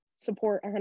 support